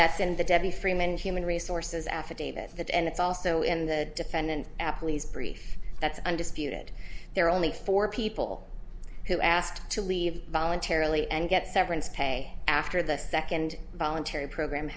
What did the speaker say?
that's in the debbie freeman human resources affidavit that and it's also in the defendant police brief that's undisputed there are only four people who asked to leave voluntarily and get severance pay after the second voluntary program